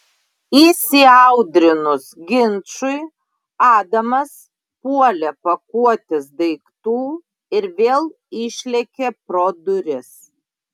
įsiaudrinus ginčui adamas puolė pakuotis daiktų ir vėl išlėkė pro duris